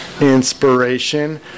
inspiration